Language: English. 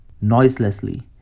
Noiselessly